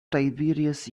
tiberius